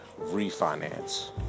refinance